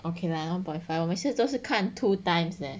okay lah one point five 我每次都是看 two times leh